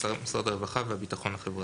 הרווחה והביטחון החברתי.